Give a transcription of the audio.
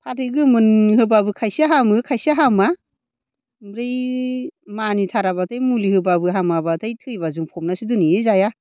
फाथै गोमोन होबाबो खायसेया हामो खायसेया हामा ओमफ्राय मानि थाराबाथाय मुलि होबाबो हामाबाथाय थैबा जों फबनासो दोनहैयो जाया